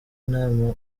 nama